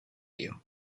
you